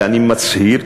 ואני מצהיר,